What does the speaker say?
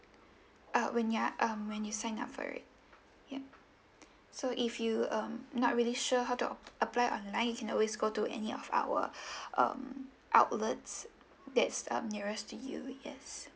uh when you're um when you sign up for it yup so if you um not really sure how to uh apply online you can always go to any of our um outlets that's um nearest to you yes